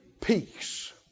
peace